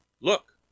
Look